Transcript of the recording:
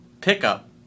pickup